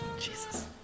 Jesus